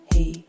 Hey